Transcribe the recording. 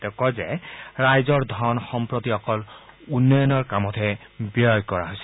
তেওঁ কয় যে ৰাইজৰ ধন সম্প্ৰতি অকল উন্নয়ৰ কামতহে ব্যয় কৰা হৈছে